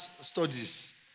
studies